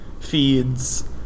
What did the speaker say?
feeds